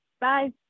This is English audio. bye